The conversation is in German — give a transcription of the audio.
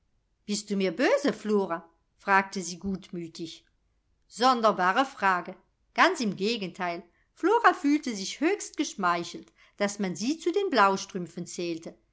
bist du mir böse flora fragte sie gutmütig sonderbare frage ganz im gegenteil flora fühlte sich höchst geschmeichelt daß man sie zu den blaustrümpfen zählte